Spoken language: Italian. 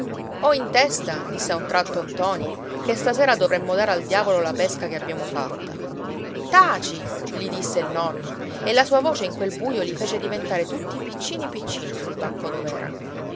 ho in testa disse a un tratto ntoni che stasera dovremmo dare al diavolo la pesca che abbiamo fatta taci gli disse il nonno e la sua voce in quel buio li fece diventare tutti piccini piccini sul banco